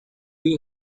you